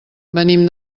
venim